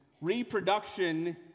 Reproduction